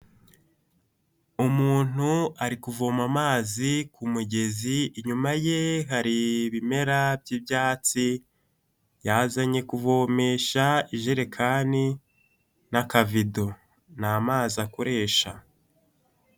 Umuntu ari kuvoma amazi kumugezi inyuma ye hari ibimera by'ibyatsi, yazanye kuvomesha ijerekani n'akavido, ni amazi akoresha.